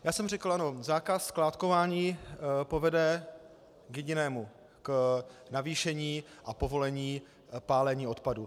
Já jsem řekl, že zákaz skládkování povede k jedinému k navýšení a povolení pálení odpadu.